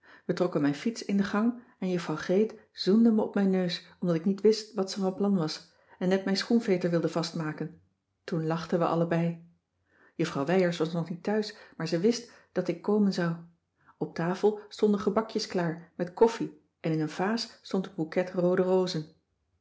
trokken mijn fiets in de gang en juffrouw greet zoende me op mijn neus omdat ik niet wist wat ze van plan was en net mijn schoenveter wilde vastmaken toen lachten we allebei juffrouw wijers was nog niet thuis maar ze wist dat ik komen zou op tafel stonden gebakjes klaar met koffie en in een vaas stond een bouquet roode rozen